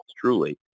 truly